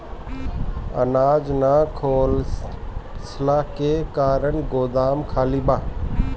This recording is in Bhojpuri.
अनाज ना होखला के कारण गोदाम खाली बा